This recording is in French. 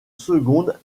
seconde